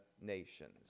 nations